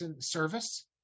service